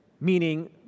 meaning